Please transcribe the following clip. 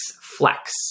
Flex